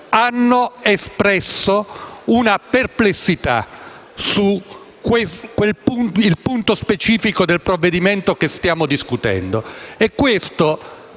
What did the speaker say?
hanno espresso perplessità sul punto specifico del provvedimento che stiamo discutendo.